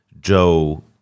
Joe